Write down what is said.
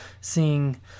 seeing